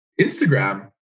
Instagram